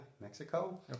Mexico